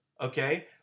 Okay